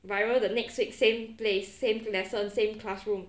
but I remember the next week same place same lesson same classroom